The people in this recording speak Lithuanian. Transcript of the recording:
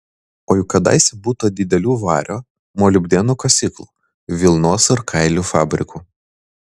o juk kadaise būta didelių vario molibdeno kasyklų vilnos ir kailių fabrikų